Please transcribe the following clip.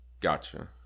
Gotcha